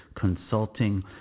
Consulting